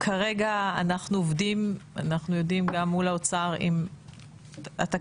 וכרגע אנחנו עובדים מול האוצר עם התקציבים,